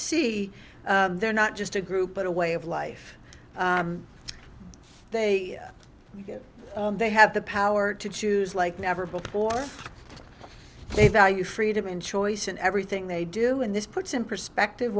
e they're not just a group but a way of life they get they have the power to choose like never before they value freedom and choice and everything they do in this puts in perspective